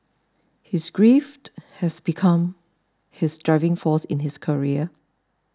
his grief has become his driving force in his career